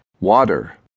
Water